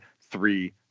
three